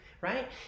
right